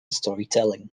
storytelling